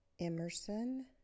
Emerson